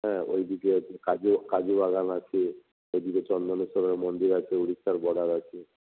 হ্যাঁ ওই দিকে কাজু কাজু বাগান আছে ওদিকে চন্দনেশ্বরের মন্দির আছে উড়িষ্যার বর্ডার আছে